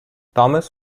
thomas